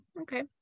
okay